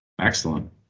Excellent